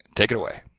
take it away.